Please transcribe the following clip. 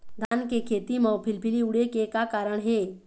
धान के खेती म फिलफिली उड़े के का कारण हे?